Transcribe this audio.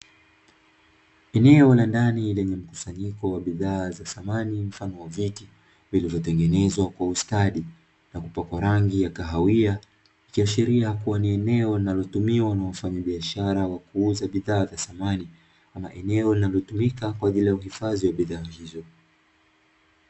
Eneo la ndani lenye mkusanyiko wa bidhaa za samani mfano wa viti, vilivyotengenezwa kwa ustadi na kupokwa rangi ya kahawia. Ikiashiria kuwa ni eneo linalotumiwa na wanaofanya biashara wa kuuza bidhaa za samani ama eneo linalotumika kwa ajili ya uhifadhi wa bidhaa hizo.